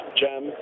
gem